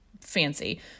fancy